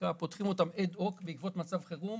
שפותחים אותם אד-הוק בעקבות מצב חירום